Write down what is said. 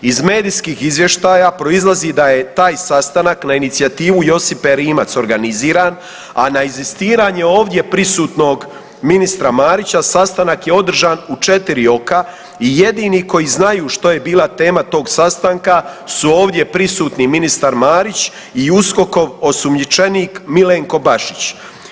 Iz medijskih izvještaja proizlazi da je taj sastanak na inicijativu Josipe Rimac organiziran, a da na inzistiranje ovdje prisutnog ministra Marića sastanak je održan u 4 oka i jedini koji znaju što je bila tema tog sastanka su ovdje prisutni ministar Marić i USKOK-ov osumnjičenik Milenko Bašić.